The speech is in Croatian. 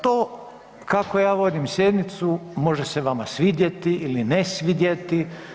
To kako ja vodim sjednicu može se vama svidjeti ili ne svidjeti.